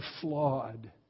flawed